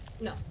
No